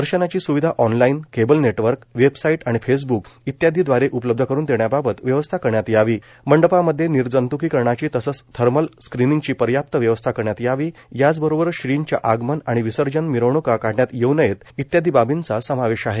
दर्शनाची सुविधा online cable network website आणि फेसब्क इत्यादी दवारे उपलब्ध करुन देण्याबाबत व्यवस्था करण्यात यावी मंडपामध्ये निर्जंत्कीकरणाची तसच थर्मल स्क्रीनिंगची पर्याप्त व्यवस्था करण्यात यावी याचबरोबर श्रीच्या आगमन आणि विसर्जन मिरवण्का काढण्यात येऊ नयेत इत्यादि बार्बीचा समावेश आहे